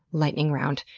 lightning round.